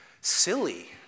silly